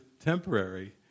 temporary